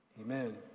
amen